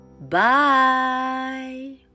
Bye